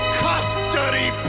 custody